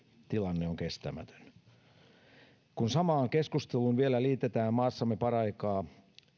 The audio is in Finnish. tilanne on kestämätön samaan keskusteluun on vielä liitettävä maassamme paraikaa